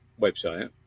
website